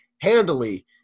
handily